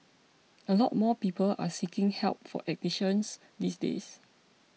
a lot more people are seeking help for addictions these days